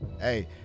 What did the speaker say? Hey